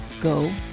go